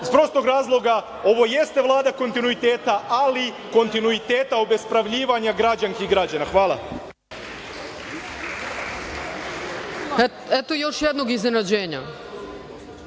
iz prostog razloga što ovo jeste Vlada kontinuiteta, ali kontinuiteta obespravljivanja građanki i građana. Hvala. **Ana Brnabić** Eto još jednog iznenađenja. Ovo